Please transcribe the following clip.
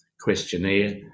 questionnaire